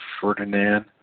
Ferdinand